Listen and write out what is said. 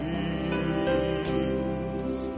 Peace